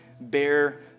bear